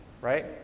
Right